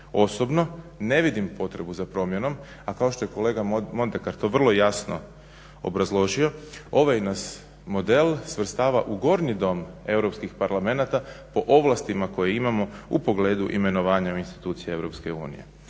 Osobno ne vidim potrebu za promjenom, a kao što je kolega Mondekar to vrlo jasno obrazložio ovaj nas model svrstava u gornji Dom europskih parlamenata po ovlastima koje imamo u pogledu imenovanja u institucije EU.